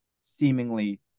seemingly